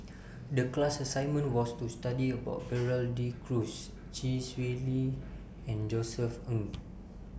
The class assignment was to study about Gerald De Cruz Chee Swee Lee and Josef Ng